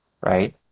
right